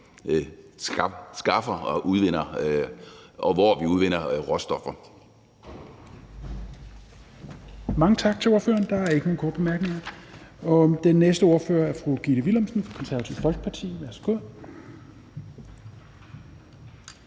næstformand (Rasmus Helveg Petersen): Mange tak til ordføreren. Der er ikke nogen korte bemærkninger. Og den næste ordfører er fru Gitte Willumsen, Det Konservative Folkeparti. Værsgo.